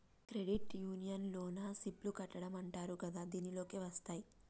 credit union లోన SIP లు కట్టడం అంటరు కదా దీనిలోకే వస్తాయ్